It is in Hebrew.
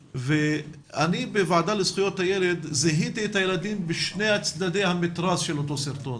אני בוועדה לזכויות הילד זיהיתי את הילד בשני צידי המתרס של אותו סרטון.